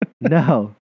No